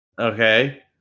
Okay